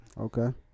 Okay